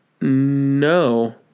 No